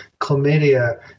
chlamydia